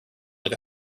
like